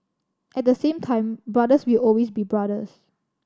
at the same time brothers will always be brothers